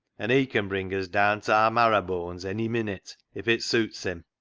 and he can bring us daan ta aar marraboanes ony minnit, if it suits him.